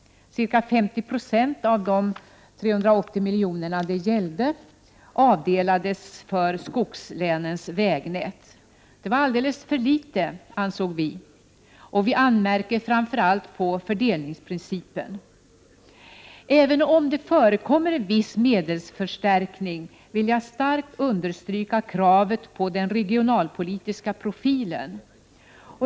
Cirka 50 96 av de 380 miljonerna det gällde avdelades för skogslänens vägnät. Det var alldeles för litet, ansåg vi, och vi anmärkte framför allt på fördelningsprincipen. Även om det förekommer en viss medelsförstärkning, vill jag starkt understryka kravet på den regionalpolitiska profilen.